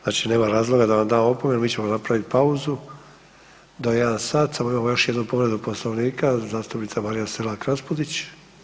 Znači nemam razloga da vam dam opomenu, mi ćemo napraviti pauzu do 1 sat samo imamo još jednu povredu Poslovnika, zastupnica Marija Selak Raspudić.